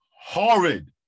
horrid